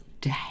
day